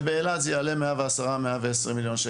אבל באילת זה יעלה 110,000,000-120,000,000 ₪.